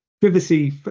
privacy